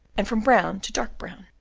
and from brown to dark brown.